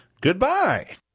goodbye